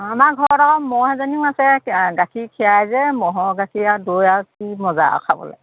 আমাৰ ঘৰত আকৌ মহ' এজনীও আছে গাখীৰ খিৰাই যে মহ'ৰ গাখীৰ আৰু দৈ আৰু কি মজা আৰু খাবলৈ